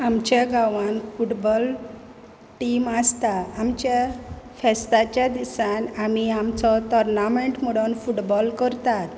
आमचे गावांत football team आसता आमच्या फेस्ताच्या दिसान आमी आमचो टॉर्नामेंट म्हुणोन फुटबॉल करतात